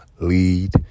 lead